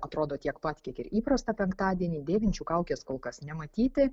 atrodo tiek pat kiek ir įprastą penktadienį dėvinčių kaukes kol kas nematyti